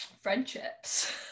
friendships